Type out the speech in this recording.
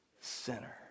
sinner